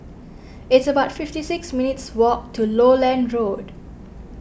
it's about fifty six minutes' walk to Lowland Road